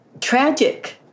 tragic